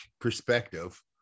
perspective